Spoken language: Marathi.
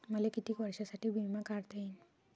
मले कितीक वर्षासाठी बिमा काढता येईन?